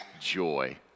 joy